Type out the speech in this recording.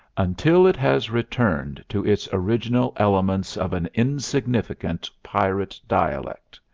until it has returned to its original elements of an insignificant pirate dialect.